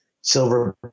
Silver